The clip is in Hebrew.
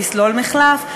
לסלול מחלף.